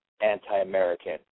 anti-American